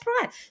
right